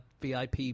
VIP